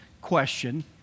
question